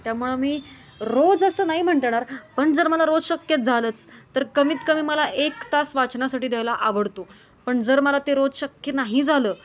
त्यामुळं मी रोज असं नाही म्हणता येणार पण जर मला रोज शक्य झालंच तर कमीतकमी मला एक तास वाचनासाठी द्यायला आवडतो पण जर मला ते रोज शक्य नाही झालं